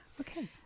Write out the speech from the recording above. Okay